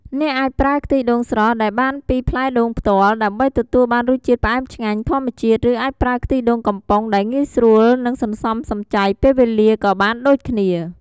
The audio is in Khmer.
អ្នកអាចប្រើខ្ទិះដូងស្រស់ដែលបានពីផ្លែដូងផ្ទាល់ ដើម្បីទទួលបានរសជាតិផ្អែមឆ្ងាញ់ធម្មជាតិ ឬអាចប្រើខ្ទិះដូងកំប៉ុងដែលងាយស្រួល និងសន្សំសំចៃពេលវេលា ក៏បានដូចគ្នា។